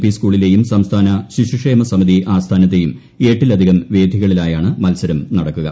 P സ്കൂളിലെയും സംസ്ഥാന ശിശുക്ഷേമസമിതി ആസ്ഥാനത്തെയും എട്ടിലധികം വേദികളിലായാണ് മത്സരം നടക്കുക